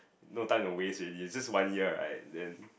no time to waste already it's just one year right then